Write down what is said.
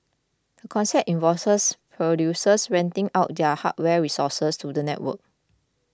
concept involves producers renting out their hardware resources to the network